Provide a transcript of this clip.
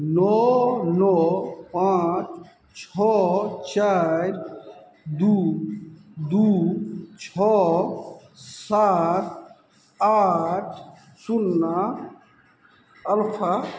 नओ नओ पॉँच छओ चारि दू दू छओ सात आठ सुन्ना अल्फा